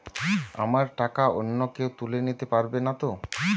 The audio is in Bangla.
আমার টাকা অন্য কেউ তুলে নিতে পারবে নাতো?